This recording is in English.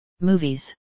movies